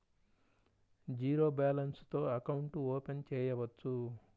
Zero balance తో account open చేయవచ్చు?